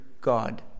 God